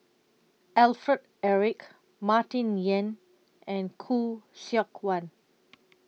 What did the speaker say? Alfred Eric Martin Yan and Khoo Seok Wan